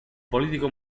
político